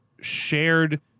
shared